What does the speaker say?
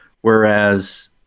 whereas